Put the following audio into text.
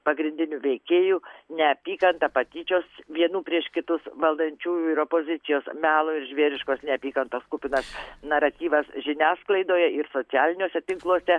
pagrindinių veikėjų neapykanta patyčios vienų prieš kitus valdančiųjų ir opozicijos melo ir žvėriškos neapykantos kupinas naratyvas žiniasklaidoje ir socialiniuose tinkluose